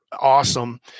awesome